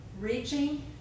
Reaching